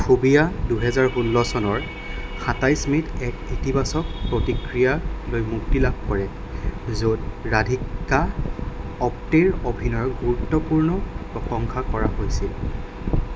phobia দুহেজাৰ ষোল্ল চনৰ সাতাইছ মে'ত এক ইতিবাচক প্ৰতিক্ৰিয়া মুক্তি লাভ কৰে য'ত ৰাধিকা আপ্টেৰ অভিনয়ৰ গুৰুত্বপূৰ্ণ প্ৰশংসা কৰা হৈছিল